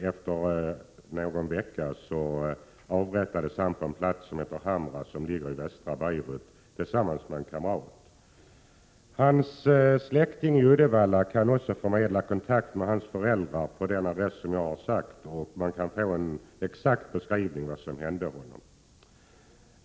Efter någon vecka avrättades han på en plats som heter Hamra och ligger i västra Beirut, tillsammans med en kamrat. Hans släktingar i Uddevalla kan också förmedla kontakt med hans föräldrar på den adress som jag uppgivit, och man kan få en exakt beskrivning av vad som hände honom.